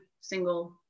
single